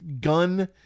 gun